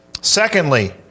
Secondly